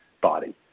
body